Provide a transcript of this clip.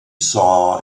saw